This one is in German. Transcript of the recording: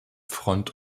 front